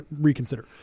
reconsider